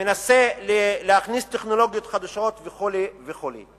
מנסה להכניס טכנולוגיות חדשות וכו' וכו'.